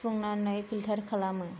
थुफ्लंनानै फिलतार खालामो